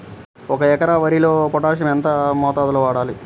ఒక ఎకరా వరి పొలంలో పోటాషియం ఎంత మోతాదులో వాడాలి?